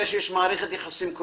העמדה המקצועית שלנו.